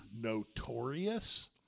notorious